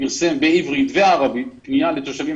פרסמו בעברית ובערבית פנייה לתושבים